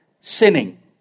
sinning